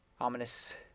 ominous